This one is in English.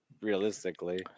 realistically